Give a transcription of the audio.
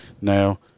Now